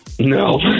No